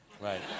Right